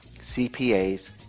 cpas